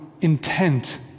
intent